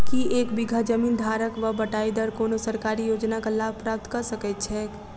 की एक बीघा जमीन धारक वा बटाईदार कोनों सरकारी योजनाक लाभ प्राप्त कऽ सकैत छैक?